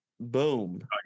boom